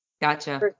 gotcha